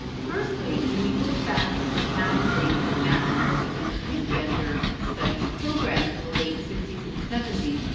firstly, when we look back at the founding of national women's and gender studies programs in the late sixty s and seventy s,